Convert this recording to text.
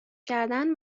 کردن